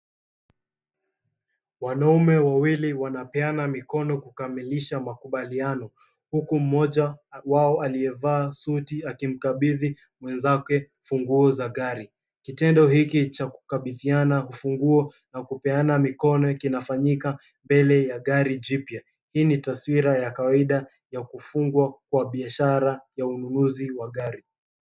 Wanaume wawili wanapeana mikono kukamilisha makubaliano, huku mmoja wao aliyevaa suti akimkabidhi mwenzake funguo za gari. Kitendo hiki cha kukabidhiana funguo na kupeana mikono kinafanyika mbele ya gari jipya. Hii ni tswira ya kawaida ya kufungwa kwa biashara ya ununuzi wa gari.